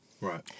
Right